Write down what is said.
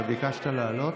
אתה ביקשת לעלות?